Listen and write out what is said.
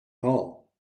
paul